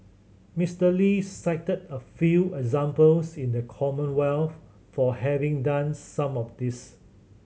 Mister Lee cited a few examples in the Commonwealth for having done some of this